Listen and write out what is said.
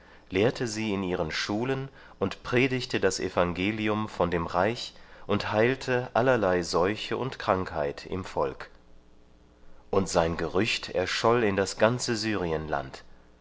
lehrte sie in ihren schulen und predigte das evangelium von dem reich und heilte allerlei seuche und krankheit im volk und sein gerücht erscholl in das ganze syrienland